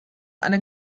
alle